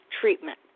treatment